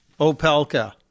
Opelka